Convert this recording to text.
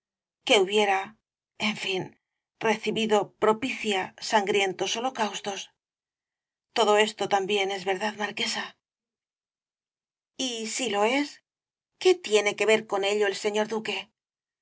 que hubiera en fin recibido propicia sangrientos holocaustos todo esto también es verdad marquesa y si lo es qué tiene que ver con ello el señor duque